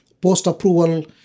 post-approval